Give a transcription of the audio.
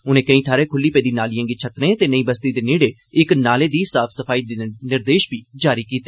उनें कोई थाह्रें खुल्ली पेदी नालिए गी छत्तने ते नई बस्ती दे नेड़े इक नाले दी साफ सफाई दे निर्देश बी जारी कीते